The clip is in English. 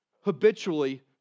habitually